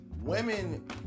women